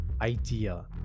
idea